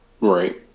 Right